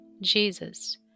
Jesus